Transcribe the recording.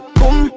boom